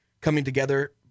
coming-together